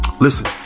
Listen